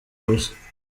busa